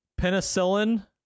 penicillin